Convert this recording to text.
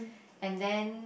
and then